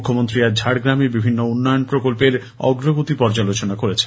মুখ্যমন্ত্রী আজ ঝাড়গ্রামে বিভিন্ন উন্নয়নপ্রকল্পের অগ্রগতি পর্যালোচনা করেছেন